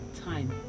time